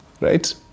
right